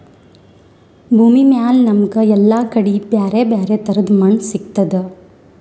ಭೂಮಿಮ್ಯಾಲ್ ನಮ್ಗ್ ಎಲ್ಲಾ ಕಡಿ ಬ್ಯಾರೆ ಬ್ಯಾರೆ ತರದ್ ಮಣ್ಣ್ ಸಿಗ್ತದ್